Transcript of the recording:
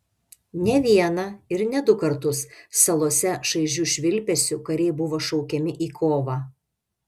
ne vieną ir ne du kartus salose šaižiu švilpesiu kariai buvo šaukiami į kovą